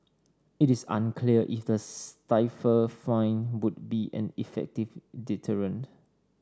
it is unclear if the stiffer fine would be an effective deterrent